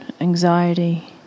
anxiety